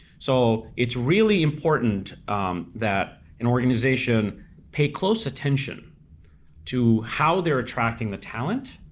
so it's really important that an organization pay close attention to how they're attracting the talent,